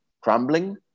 crumbling